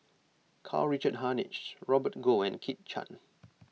Karl Richard Hanitsch Robert Goh and Kit Chan